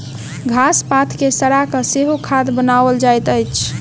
घास पात के सड़ा के सेहो खाद बनाओल जाइत अछि